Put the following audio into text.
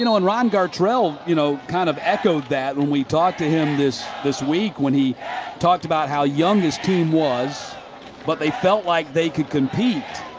you know, and ron gartrell, you know, kind of echoed that when we talked to him this this week when he talked about how young his team was but felt like they could compete.